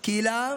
היא קהילה